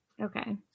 Okay